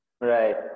Right